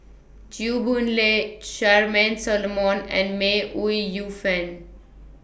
Chew Boon Lay Charmaine Solomon and May Ooi Yu Fen